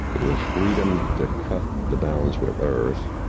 the freedom to cut the bounds with earth